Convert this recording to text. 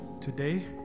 today